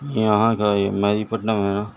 یہاں کا ہے مہدی پٹنم ہے